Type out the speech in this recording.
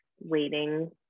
waiting